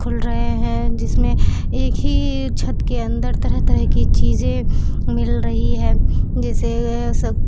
کھل رہے ہیں جس میں ایک ہی چھت کے اندر طرح طرح کی چیزیں مل رہی ہے جیسے سک